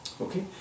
Okay